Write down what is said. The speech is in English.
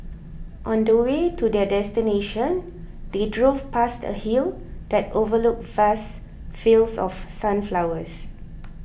on the way to their destination they drove past a hill that overlooked vast fields of sunflowers